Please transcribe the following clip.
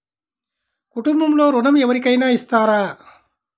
కుటుంబంలో ఋణం ఎవరికైనా ఇస్తారా?